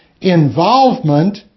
involvement